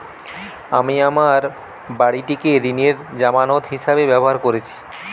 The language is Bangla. আমি আমার বাড়িটিকে ঋণের জামানত হিসাবে ব্যবহার করেছি